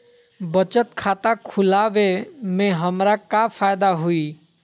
बचत खाता खुला वे में हमरा का फायदा हुई?